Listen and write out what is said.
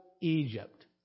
Egypt